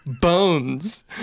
bones